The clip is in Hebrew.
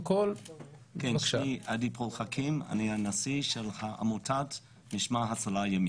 אני הנציג של משמר הצלה ימי,